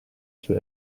zur